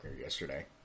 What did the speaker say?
yesterday